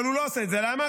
אבל הוא לא עושה את זה, למה?